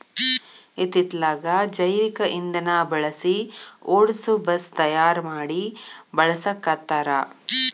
ಇತ್ತಿತ್ತಲಾಗ ಜೈವಿಕ ಇಂದನಾ ಬಳಸಿ ಓಡಸು ಬಸ್ ತಯಾರ ಮಡಿ ಬಳಸಾಕತ್ತಾರ